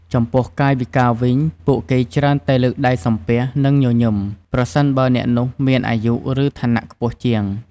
ចំពោះកាយវិការវិញ ពួកគេច្រើនតែលើកដៃសំពះ និងញញឹម ប្រសិនបើអ្នកនោះមានអាយុ ឬឋានៈខ្ពស់ជាង។